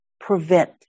prevent